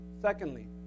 Secondly